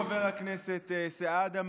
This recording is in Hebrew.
חבר הכנסת סעדה,